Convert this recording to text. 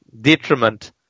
detriment